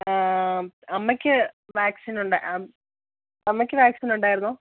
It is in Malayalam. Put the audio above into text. ആ അമ്മക്ക് വാക്സിൻ ഉണ്ടോ അമ്മക്ക് വാക്സിൻ ഉണ്ടായിരുന്നോ